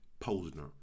Posner